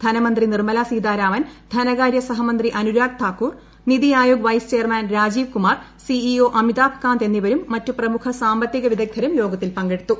ധനമന്ത്രി നിർമലാ സീതാരാമൻ ധനകാര്യ സഹമന്ത്രി Anurag Thakur NITI Aayog vice chairman Rajiv Kumar C E O Amitabh Kant എന്നിവരും മറ്റ് പ്രമുഖ സാമ്പത്തിക വിദഗ്ധരും യോഗത്തിൽ പങ്കെടുത്തു